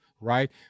right